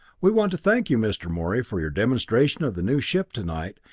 we want to thank you, mr. morey, for your demonstration of the new ship tonight,